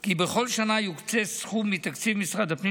כי בכל שנה יוקצה סכום מתקציב משרד הפנים